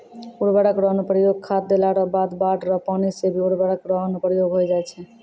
उर्वरक रो अनुप्रयोग खाद देला रो बाद बाढ़ रो पानी से भी उर्वरक रो अनुप्रयोग होय जाय छै